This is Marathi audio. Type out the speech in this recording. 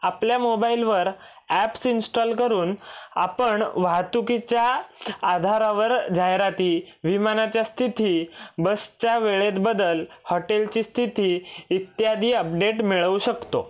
आपल्या मोबाईलवर ॲप्स इन्स्टॉल करून आपण वाहतुकीच्या आधारावर जाहिराती विमानाच्या स्थिती बसच्या वेळेत बदल हॉटेलची स्थिती इत्यादी अपडेट मिळवू शकतो